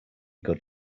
good